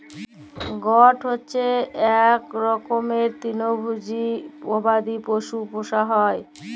goat হচ্যে ইক রকমের তৃলভজী গবাদি পশু পূষা হ্যয়